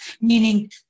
meaning